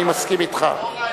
אני מסכים אתך.